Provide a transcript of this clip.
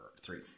three